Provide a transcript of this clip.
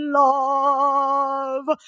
love